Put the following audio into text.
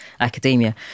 academia